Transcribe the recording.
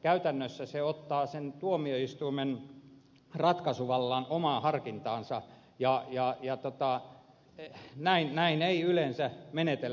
käytännössä se ottaa sen tuomioistuimen ratkaisuvallan omaan harkintaansa ja näin ei yleensä menetellä